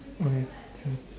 okay